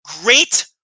great